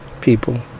people